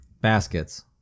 baskets